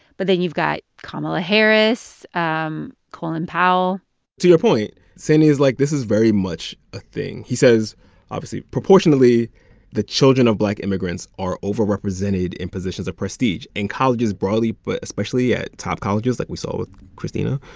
but then you've got kamala harris, um colin powell to your point, sandy is like, this is very much a thing. he says obviously proportionately the children of black immigrants are overrepresented in positions of prestige, in colleges broadly but especially at top colleges like we saw with christina,